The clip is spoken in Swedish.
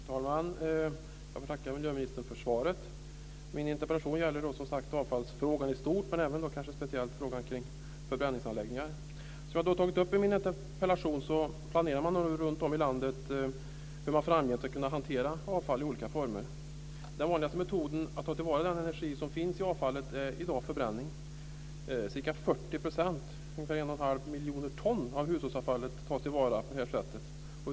Fru talman! Jag får tacka miljöministern för svaret. Min interpellation gäller avfallsfrågan i stort men även speciellt frågan kring förbränningsanläggningar. Som jag har tagit upp i min interpellation planerar man runtom i landet hur man framgent ska hantera avfall i olika former. Den vanligaste metoden att ta till vara den energi som finns i avfallet är i dag förbränning. Ca 40 %, ungefär en och en halv miljoner ton, av hushållsavfallet tas till vara på det sättet.